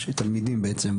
תלמידים בעצם,